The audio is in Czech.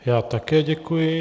Já také děkuji.